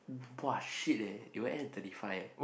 !wah! shit eh it will end at thirty five eh